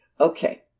Okay